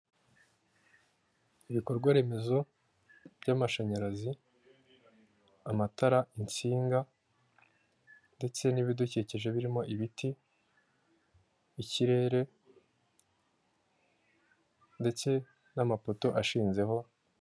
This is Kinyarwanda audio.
Ibikorwa remezo by'amashanyarazi, amatara, insinga ndetse n'ibidukikije, birimo ibiti, ikirere ndetse n'amapoto ashinzeho.